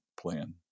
plan